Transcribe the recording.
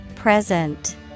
Present